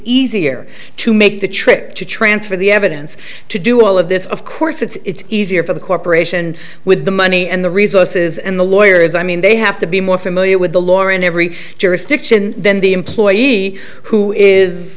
easier to make the trip to transfer the evidence to do all of this of course it's easier for the corporation with the money and the resources and the lawyers i mean they have to be more familiar with the lawyer in every jurisdiction than the employee who is